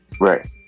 Right